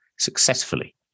successfully